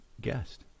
guest